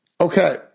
Okay